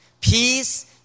peace